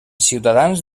ciutadans